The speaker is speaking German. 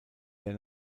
der